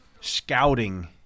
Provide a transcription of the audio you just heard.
scouting